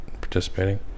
participating